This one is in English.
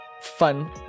fun